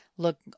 Look